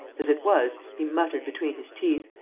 as it was, he muttered between his teeth